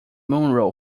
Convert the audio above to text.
monroe